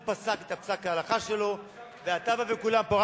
הוא פסק את פסק ההלכה שלו ואתה באת, וכולם פה,